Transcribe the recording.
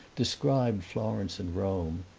described florence and rome,